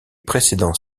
précédents